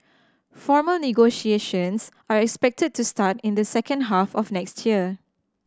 formal negotiations are expected to start in the second half of next year